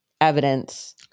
evidence